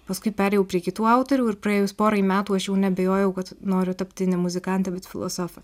paskui perėjau prie kitų autorių ir praėjus porai metų aš jau neabejojau kad noriu tapti ne muzikante bet filosofe